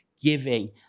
giving